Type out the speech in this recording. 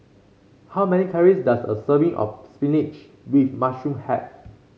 how many calories does a serving of spinach with mushroom have